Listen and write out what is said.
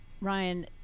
Ryan